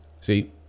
See